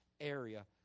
area